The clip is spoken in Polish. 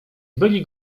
byli